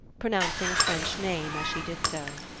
pronouncing a french name as she did so.